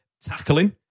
tackling